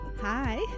hi